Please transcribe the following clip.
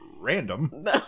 random